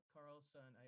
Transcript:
Carlson